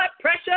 pressure